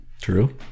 true